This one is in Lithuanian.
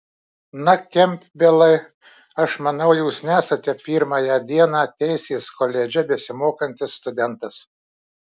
na kempbelai aš manau jūs nesate pirmąją dieną teisės koledže besimokantis studentas